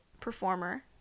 performer